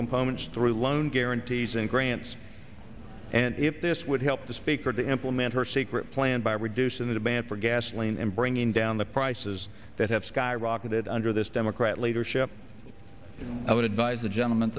components through loan guarantees and grants and if this would help the speaker to implement her secret plan by reducing the demand for gasoline and bringing down the prices that have skyrocketed under this democrat leadership i would advise the gentleman